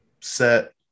set